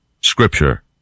Scripture